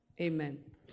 Amen